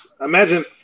Imagine